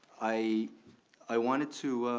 i i wanted to